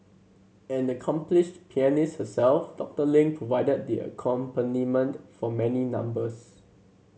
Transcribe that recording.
an accomplished pianist herself Doctor Ling provided the accompaniment for many numbers